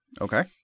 Okay